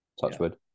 Touchwood